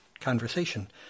conversation